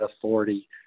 authority